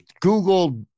Google